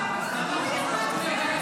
שנייה.